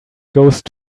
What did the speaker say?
ghost